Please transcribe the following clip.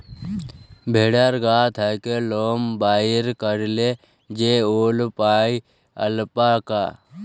ভেড়ার গা থ্যাকে লম বাইর ক্যইরে যে উল পাই অল্পাকা